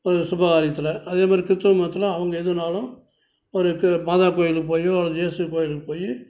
ஒரு சுபகாரியத்தில் அதேமாதிரி கிறித்துவ மதத்தில் அவங்க எதுனாலும் ஒரு கு மாதா கோவிலுக்கு போயோ அல்லது இயேசு கோவிலுக்கு போய்